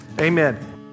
Amen